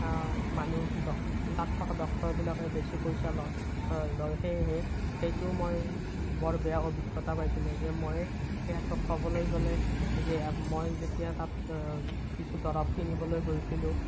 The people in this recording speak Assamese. মানুহ তাত থকা ডক্টৰবিলাকে বেছি পইচা লয় লয় সেয়েহে সেইটো মই বৰ বেয়া অভিজ্ঞতা পাইছিলোঁ যে মই সিহঁতক ক'বলৈ গ'লে যে মই যেতিয়া তাত কিছু দৰৱ কিনিবলৈ গৈছিলোঁ